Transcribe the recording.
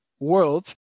world